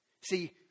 See